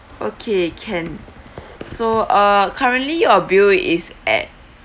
okay can so uh currently your bill is at